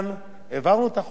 העברנו את החוק שלי,